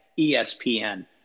ESPN